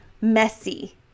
messy